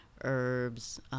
herbs